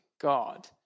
God